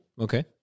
Okay